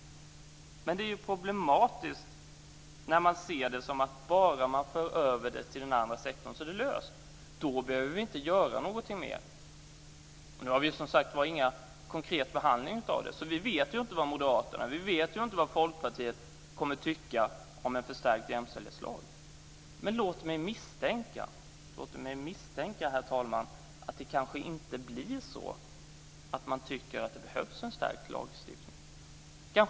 Men det är problematiskt när man tror att bara man för över det till den andra sektorn är det löst - då behöver vi inte göra någonting mer. Nu har vi som sagt var ingen konkret behandling av detta. Vi vet inte vad Moderaterna och Folkpartiet kommer att tycka om en förstärkt jämställdhetslag. Men låt mig misstänka, herr talman, att man kanske inte tycker att det behövs en stärkt lagstiftning.